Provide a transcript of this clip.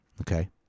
Okay